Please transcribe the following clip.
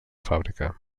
fàbrica